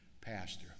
pastor